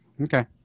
Okay